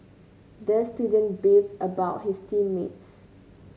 the student beefed about his team mates